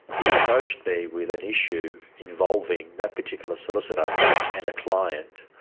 he approached me with an issue involving that particular solicitor and a client,